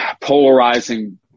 polarizing